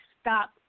stop